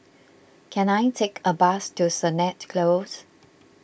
can I take a bus to Sennett Close